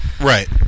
Right